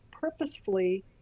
purposefully